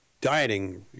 Dieting